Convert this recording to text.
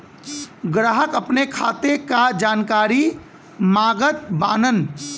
ग्राहक अपने खाते का जानकारी मागत बाणन?